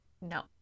No